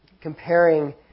comparing